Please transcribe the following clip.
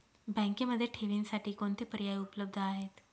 बँकेमध्ये ठेवींसाठी कोणते पर्याय उपलब्ध आहेत?